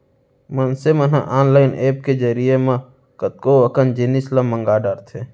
मनसे मन ह ऑनलाईन ऐप के जरिए म कतको अकन जिनिस ल मंगा डरथे